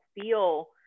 feel